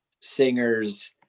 singers